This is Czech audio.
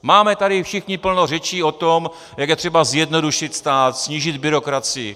Máme tady všichni plno řečí o tom, jak je třeba zjednodušit stát, snížit byrokracii.